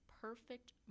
perfect